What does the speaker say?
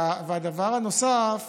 והדבר הנוסף,